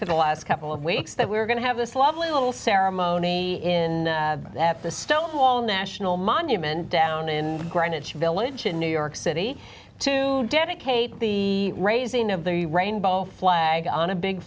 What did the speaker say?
for the last couple of weeks that we're going to have this lovely little ceremony in the stone hall national monument down in greenwich village in new york city to dedicate the raising of the rainbow flag on a big